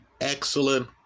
excellent